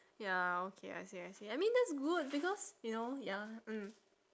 ya okay I see I see I mean that's good because you know ya mm